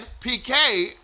PK